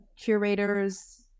curators